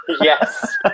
yes